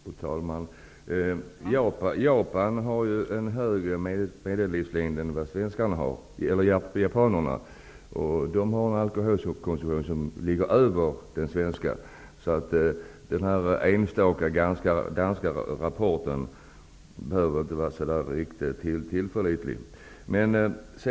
Fru talman! Japanerna har en högre medellivslängd än vad svenskarna har, och deras alkoholkonsumtion är större än den svenska. Den enstaka danska rapporten behöver alltså inte vara helt tillförlitlig.